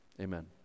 Amen